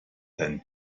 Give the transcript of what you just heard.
than